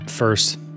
First